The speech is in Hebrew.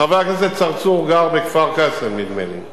חבר הכנסת צרצור גר בכפר-קאסם, נדמה לי,